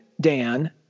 Dan